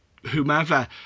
Whomever